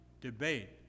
debate